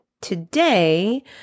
today